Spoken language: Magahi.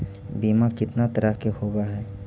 बीमा कितना तरह के होव हइ?